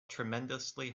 tremendously